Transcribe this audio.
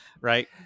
Right